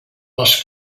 les